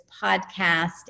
podcast